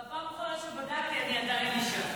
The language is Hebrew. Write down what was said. בפעם האחרונה שבדקתי אני עדיין אישה.